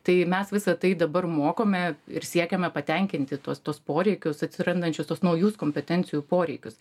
tai mes visa tai dabar mokome ir siekiame patenkinti tuos tuos poreikius atsirandančius tuos naujus kompetencijų poreikius